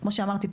כמו שאמרתי,